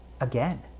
again